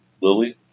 Lily